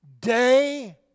day